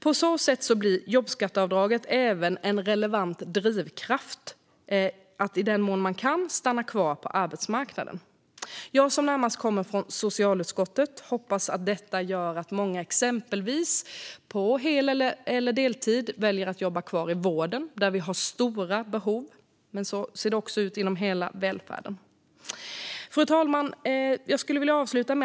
På så sätt blir jobbskatteavdraget även en relevant drivkraft för att i den mån man kan stanna kvar på arbetsmarknaden. Jag som närmast kommer från socialutskottet hoppas att detta gör att många inom exempelvis vården väljer att stanna kvar på hel eller deltid, för där finns stora behov liksom inom övrig välfärd. Fru talman!